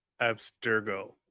abstergo